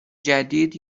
جدید